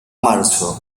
marzo